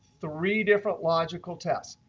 three different logical tests.